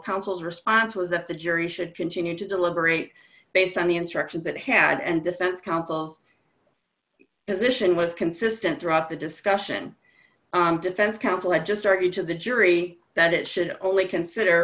counsel's response was that the jury should continue to deliberate based on the instructions it had and defense counsel's position was consistent throughout the discussion defense counsel i just art each of the jury that it should only consider